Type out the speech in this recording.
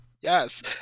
Yes